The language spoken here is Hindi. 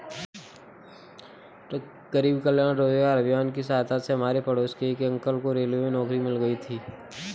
गरीब कल्याण रोजगार अभियान की सहायता से हमारे पड़ोस के एक अंकल को रेलवे में नौकरी मिल गई थी